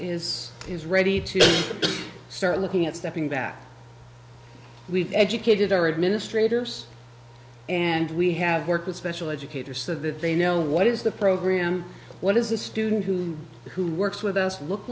is is ready to start looking at stepping back we've educated our administrators and we have work with special educator so that they know what is the program what is the student who who works with us look